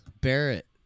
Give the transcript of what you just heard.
Barrett